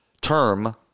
term